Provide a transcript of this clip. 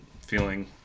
feeling